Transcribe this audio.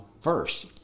first